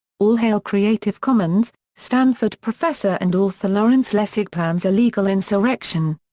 all hail creative commons stanford professor and author lawrence lessig plans a legal insurrection.